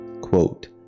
Quote